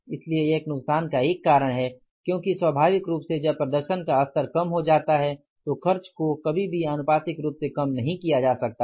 इसलिए यह नुकसान का एक कारण है क्योंकि स्वाभाविक रूप से जब प्रदर्शन का स्तर कम हो जाता है तो खर्च को कभी भी आनुपातिक रूप से कम नहीं किया जा सकता है